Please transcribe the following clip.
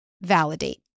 Validate